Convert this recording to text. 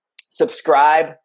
subscribe